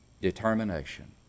determination